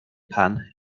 pan